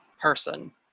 person